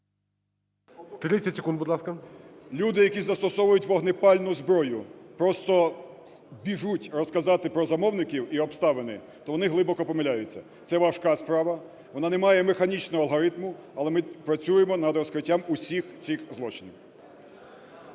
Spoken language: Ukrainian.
люди, які застосовують вогнепальну зброю, просто біжать розказати про замовників і обставини, то вони глибоко помиляються. Це важка справа, вона не має механічного алгоритму, але ми працюємо над розкриттям усіх цих злочинів.